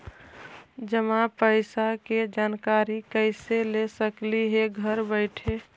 जमा पैसे के जानकारी कैसे ले सकली हे घर बैठे?